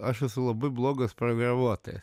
aš esu labai blogas pragramuotojas